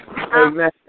Amen